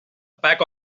pack